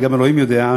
וגם אלוהים יודע,